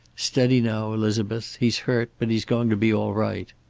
steady now, elizabeth! he's hurt, but he's going to be all right.